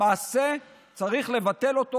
למעשה צריך לבטל אותו,